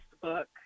book